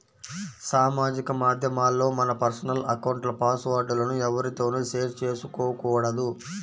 సామాజిక మాధ్యమాల్లో మన పర్సనల్ అకౌంట్ల పాస్ వర్డ్ లను ఎవ్వరితోనూ షేర్ చేసుకోకూడదు